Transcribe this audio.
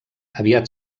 aviat